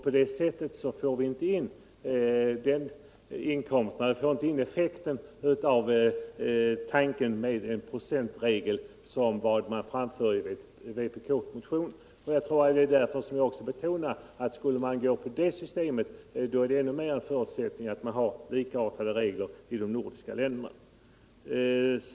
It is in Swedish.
På det sättet når vi inte den effekt med en procentregel som anges i vpk-motionen. Skulle man välja det systemet är det ännu viktigare att man har likartade regler i de nordiska länderna.